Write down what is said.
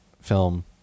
film